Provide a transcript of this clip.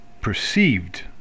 perceived